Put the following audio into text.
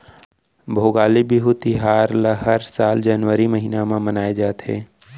भोगाली बिहू तिहार ल हर साल जनवरी महिना म मनाए जाथे